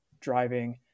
driving